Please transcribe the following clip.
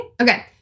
Okay